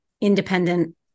independent